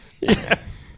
Yes